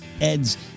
Ed's